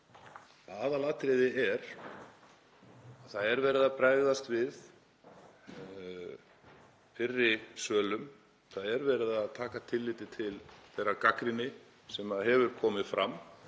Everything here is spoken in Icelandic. Aðalatriðið er að það er verið að bregðast við fyrri sölum, það er verið að taka tillit til þeirrar gagnrýni sem hefur komið fram,